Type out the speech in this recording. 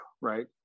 right